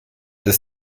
des